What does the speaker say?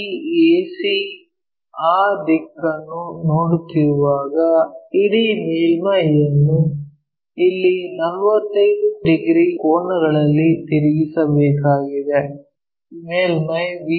ಈ ac ಆ ದಿಕ್ಕನ್ನು ನೋಡುತ್ತಿರುವಾಗ ಇಡೀ ಮೇಲ್ಮೈಯನ್ನು ಇಲ್ಲಿ 45 ಡಿಗ್ರಿ ಕೋನಗಳಲ್ಲಿ ತಿರುಗಿಸಬೇಕಾಗಿದೆ ಈ ಮೇಲ್ಮೈ ವಿ